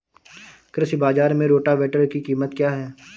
कृषि बाजार में रोटावेटर की कीमत क्या है?